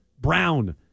Brown